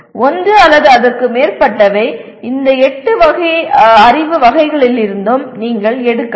ஒன்று அல்லது அதற்கு மேற்பட்டவை இந்த 8 அறிவு வகைகளிலிருந்து நீங்கள் எடுக்கலாம்